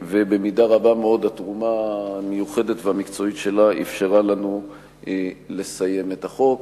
ובמידה רבה מאוד התרומה המיוחדת והמקצועית שלה אפשרה לנו לסיים את החוק.